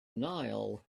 nile